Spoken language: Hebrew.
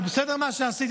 זה בסדר מה שעשיתי?